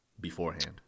beforehand